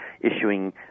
issuing